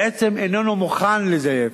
בעצם איננו מוכן לזייף.